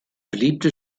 beliebte